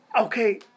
okay